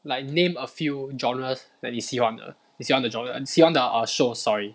like name a few genres that 你喜欢的你喜欢的 genre err 你喜欢的 err shows sorry